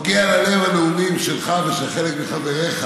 ממש נוגעים ללב הנאומים שלך ושל חלק מחבריך